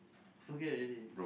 forget already